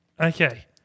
Okay